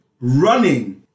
running